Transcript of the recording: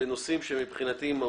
לנושאים שמבחינתי הם מהותיים.